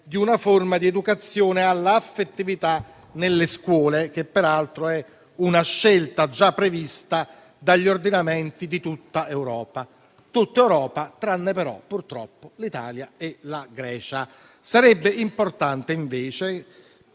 di una forma di educazione all'affettività nelle scuole, che peraltro è una scelta già prevista dagli ordinamenti di tutta Europa, tranne, però, purtroppo, l'Italia e la Grecia. Sarebbe importante, invece,